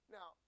Now